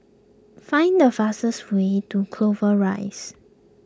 find the fastest way to Clover Rise